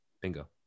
Bingo